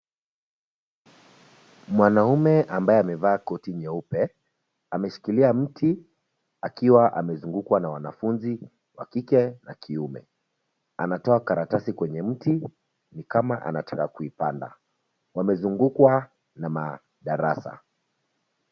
Mwanaume ambaye amevaa koti nyeupe, ameshikilia mti, akiwa amezungukwa na wanafunzi wa kike na kiume, anatoa karatasi kwenye mti, nikama anataka kuipanda, wamezungukwa na madarasa.